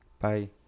Bye